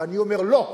ואני אומר: לא.